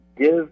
Give